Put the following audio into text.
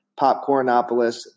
Popcornopolis